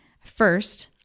First